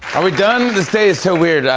are we done? this day is so weird.